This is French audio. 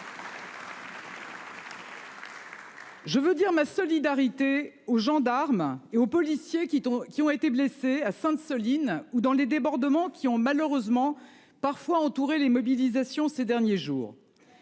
Je veux dire ma solidarité aux gendarmes et aux policiers qui qui ont été blessés à Sainte-, Soline ou dans les débordements qui ont malheureusement parfois entouré les mobilisations ces derniers jours.